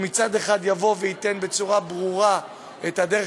שמצד אחד יבוא וייתן בצורה ברורה את הדרך,